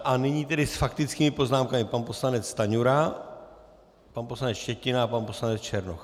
A nyní tedy s faktickými poznámkami pan poslanec Stanjura, pan poslanec Štětina a pan poslanec Černoch.